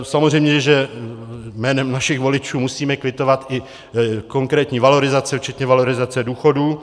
Samozřejmě že jménem našich voličů musíme kvitovat i konkrétní valorizace včetně valorizace důchodů.